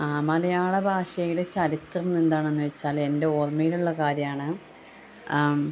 ആ മലയാള ഭാഷയുടെ ചരിത്രം എന്താണെന്ന് വെച്ചാൽ എൻ്റെ ഓർമ്മയിലുള്ള കാര്യമാണ്